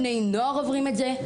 בני נוער עובדים את זה,